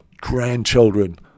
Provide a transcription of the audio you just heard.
grandchildren